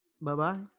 Bye-bye